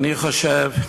אני חושב,